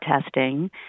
testing